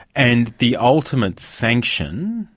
and the ultimate sanction,